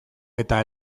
eta